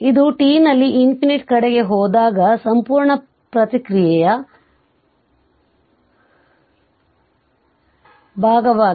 ಇದು t ನಲ್ಲಿ ∞ ಕಡೆಗೆ ಹೋದಾಗ ಸಂಪೂರ್ಣ ಪ್ರತಿಕ್ರಿಯೆಯ ಭಾಗವಾಗಿದೆ